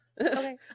Okay